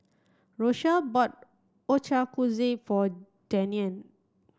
Rochelle bought Ochazuke for Dianne